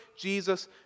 Jesus